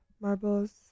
marbles